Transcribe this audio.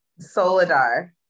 Solidar